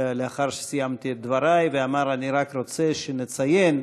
לאחר שסיימתי את דברי, ואמר: אני רק רוצה שנציין,